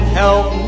help